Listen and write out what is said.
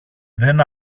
δεν